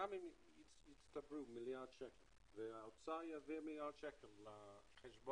גם אם הצטברו מיליארד שקל והאוצר יביא מיליארד שקל לחשבון